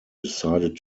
decided